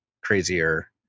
crazier